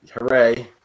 hooray